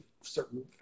certain